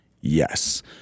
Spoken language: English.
yes